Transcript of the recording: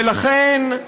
ולכן,